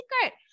secret